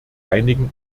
einigen